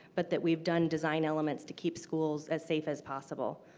but that we've done design elements to keep schools as safe as possible.